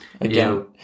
again